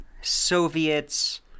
Soviets